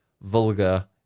vulgar